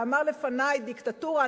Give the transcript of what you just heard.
ואמר לפני, דיקטטורה.